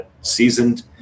seasoned